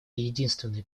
единственный